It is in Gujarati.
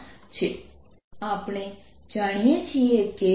B0B0J આપણે જાણીએ છીએ કે